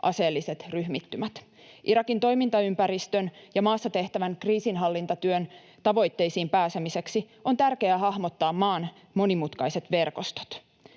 aseelliset ryhmittymät. Irakin toimintaympäristön ja maassa tehtävän kriisinhallintatyön tavoitteisiin pääsemiseksi on tärkeää hahmottaa maan monimutkaiset verkostot.